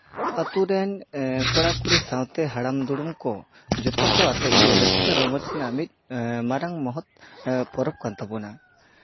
ᱟᱛᱳ ᱨᱮᱱ ᱠᱚᱲᱟ ᱠᱩᱲᱤ ᱥᱟᱶᱛᱮ ᱦᱟᱲᱟᱢ ᱫᱩᱲᱩᱢ ᱠᱚ ᱡᱚᱛᱚ ᱠᱚ ᱟᱛᱮᱜ ᱜᱮ ᱨᱟᱹᱥᱠᱟᱹ ᱨᱚᱢᱚᱡᱽ ᱨᱮᱱᱟᱜ ᱢᱤᱫ ᱢᱟᱨᱟᱝ ᱢᱚᱦᱚᱛ ᱯᱚᱨᱚᱵᱽ ᱠᱟᱱ ᱛᱟᱵᱳᱱᱟ